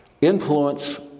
influence